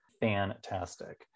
fantastic